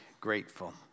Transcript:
grateful